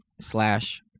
slash